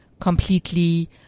completely